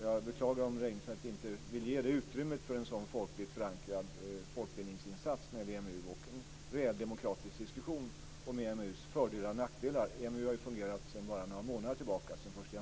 Jag beklagar om Reinfeldt inte vill ge utrymme för en sådan folkligt förankrad folkbildningsinsats när det gäller EMU och en reell demokratisk diskussion om EMU:s fördelar och nackdelar. EMU fungerar ju sedan bara några månader tillbaka